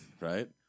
Right